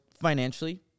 financially